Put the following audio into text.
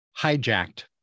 hijacked